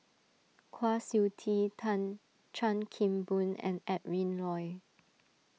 Kwa Siew Tee tan Chan Kim Boon and Adrin Loi